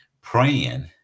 praying